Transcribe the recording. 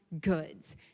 goods